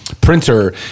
printer